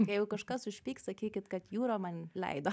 jeigu kažkas užpyks sakykit kad jūra man leido